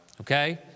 Okay